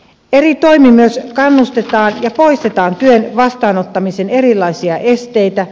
eri toimin myös kannustetaan ja poistetaan työn vastaanottamisen erilaisia esteitä